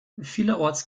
vielerorts